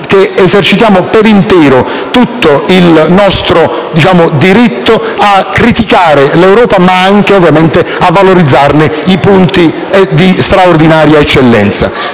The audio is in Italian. che esercitiamo per intero il nostro diritto a criticare l'Europa, ma anche a valorizzarne i punti di straordinaria eccellenza.